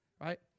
right